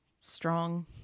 strong